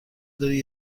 داری